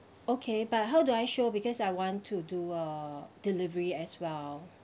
okay but how do I show because I want to do a delivery as well